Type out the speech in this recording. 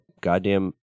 goddamn